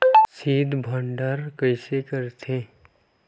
शीत भंडारण कइसे करथे?